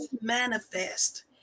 manifest